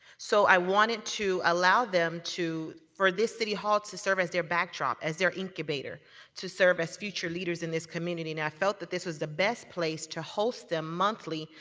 so i wanted to allow them to, for this city hall to serve as their back drop, as their incubator to serve as future leaders in this community. and i felt this was the best place to host them monthly,